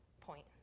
point